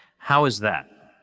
how is that?